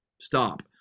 stop